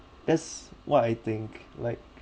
that's what I think like